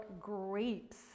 grapes